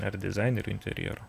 ar dizainerių interjero